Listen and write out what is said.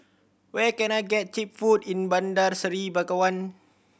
where can I get cheap food in Bandar Seri Begawan